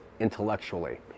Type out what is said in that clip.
intellectually